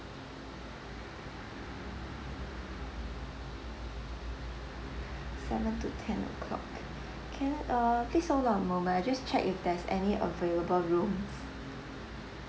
seven to ten o'clock can err please hold on a moment I'll just check if there's any available rooms